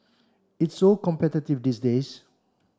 it's so competitive these days